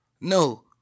No